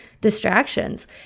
distractions